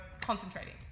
concentrating